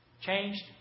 Changed